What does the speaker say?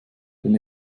denn